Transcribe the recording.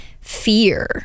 fear